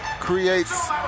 creates